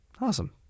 Awesome